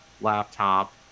laptop